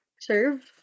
serve